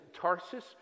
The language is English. Tarsus